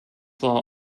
war